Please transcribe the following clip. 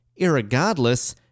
Irregardless